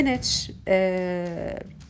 spinach